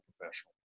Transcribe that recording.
professional